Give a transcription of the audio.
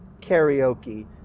karaoke